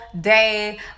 day